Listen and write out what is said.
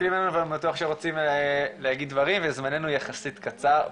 שמסתכלים עלינו ואני בטוח שרוצים להגיד דברים וזמננו יחסית קצר,